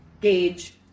gauge